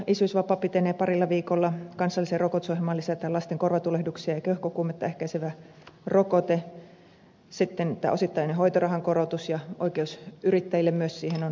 isyysvapaa pitenee parilla viikolla kansalliseen rokotusohjelmaan lisätään lasten korvatulehduksia ja keuhkokuumetta ehkäisevä rokote sitten osittainen hoitorahan korotus ja myös yrittäjille oikeus siihen on positiivinen asia